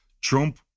Trump